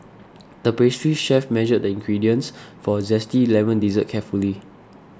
the pastry chef measured the ingredients for a Zesty Lemon Dessert carefully